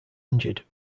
injured